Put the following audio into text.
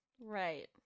right